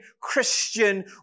Christian